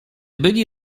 byli